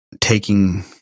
taking